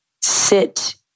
sit